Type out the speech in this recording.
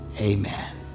Amen